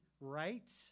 right